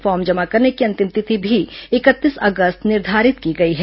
form जमा करने की अंतिम तिथि भी इकतीस अगस्त निर्धारित की गई है